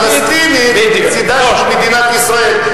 כאשר תהיה מדינה פלסטינית לצדה של מדינת ישראל,